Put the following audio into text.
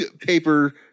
paper